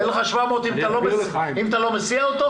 אין לך 700 שקל אם אתה לא מסיע אותו.